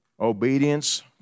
obedience